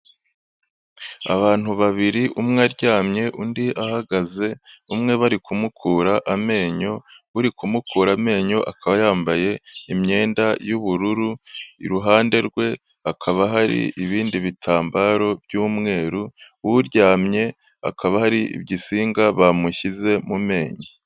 Abantu babiri umwe aryamye undi ahagaze, umwe bari kumukura amenyo uri kumukura amenyo akaba yambaye imyenda y'ubururu, iruhande rwe hakaba hari ibindi bitambaro by'umweru, uryamye hakaba hari igisinga bamushyize mu menyo.